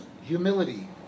Humility